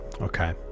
okay